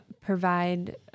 provide